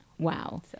Wow